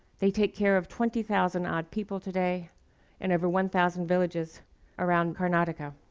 they take care of twenty thousand odd people today in over one thousand villages around karnataka.